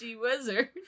wizard